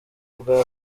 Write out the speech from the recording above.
bwa